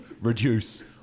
reduce